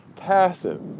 passive